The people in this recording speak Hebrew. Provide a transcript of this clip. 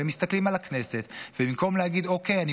והם מסתכלים על הכנסת ובמקום להגיד: אוקיי,